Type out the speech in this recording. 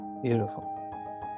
Beautiful